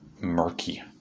murky